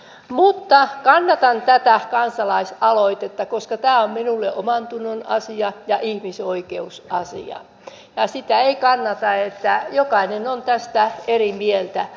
mutta kannatan tätä kansalaisaloitetta koska tämä on minulle omantunnon asia ja ihmisoikeusasia ja siitä ei kannata väitellä jokainen on tästä eri mieltä